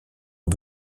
aux